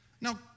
Now